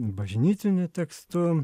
bažnytiniu tekstu